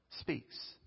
speaks